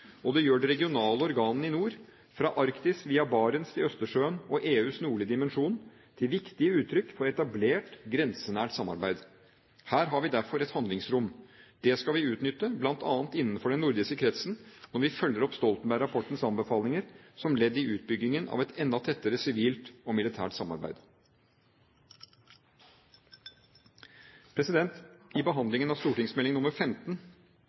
og det gjør de regionale organene i nord – fra Arktis via Barents til Østersjøen og EUs nordlige dimensjon – til viktige uttrykk for et etablert grensenært samarbeid. Her har vi derfor et handlingsrom. Det skal vi utnytte, bl.a. innenfor den nordiske kretsen, når vi følger opp Stoltenberg-rapportens anbefalinger som ledd i utbyggingen av et enda tettere sivilt og militært samarbeid. I behandlingen av St.meld. nr. 15